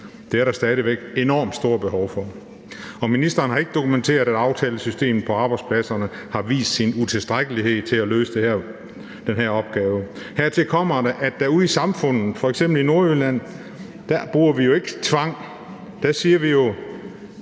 Det er der stadig væk enormt stort behov for. Og ministeren har ikke dokumenteret, at aftalesystemet på arbejdspladserne har vist sin utilstrækkelighed til at løse den her opgave. Hertil kommer, at der ude i samfundet, f.eks. i Nordjylland, ikke bruges tvang. Der siger vi jo,